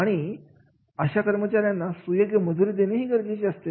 आणि अशा कर्मचाऱ्यांना सुयोग्य मंजुरी देणे गरजेचे असते